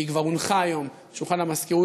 והיא כבר הונחה היום על שולחן המזכירות,